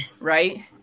Right